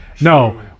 No